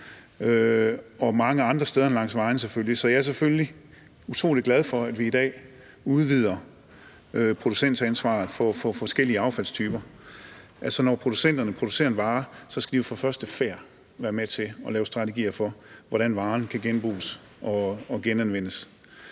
og mange andre steder langs vejen selvfølgelig, så jeg er selvfølgelig utrolig glad for, at vi i dag udvider producentansvaret på forskellige affaldstyper. Altså, når producenterne producerer en vare, skal de fra første færd være med til at lave strategier for, hvordan varen kan genbruges og genanvendes.